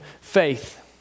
Faith